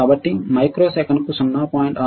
కాబట్టి మైక్రోసెకన్కు 0